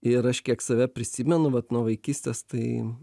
ir aš kiek save prisimenu vat nuo vaikystės tai